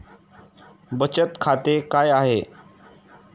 बचत खाते काय आहे?